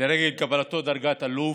לרגל קבלת דרגת אלוף.